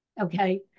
okay